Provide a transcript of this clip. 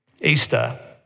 Easter